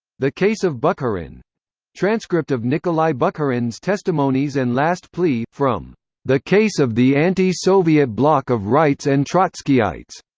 the case of bukharin transcript of nikolai bukharin's testimonies and last plea from the case of the anti-soviet block of rights and trotskyites,